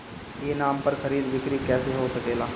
ई नाम पर खरीद बिक्री कैसे हो सकेला?